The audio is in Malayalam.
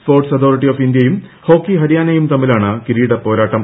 സ്പോർട്സ് അതോറിറ്റി ഓഫ് ഇന്ത്യയും ഹോക്കി ഹരിയാനയും തമ്മിലാണ് കിരീടപ്പോരാട്ടം